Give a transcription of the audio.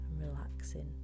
relaxing